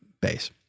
Base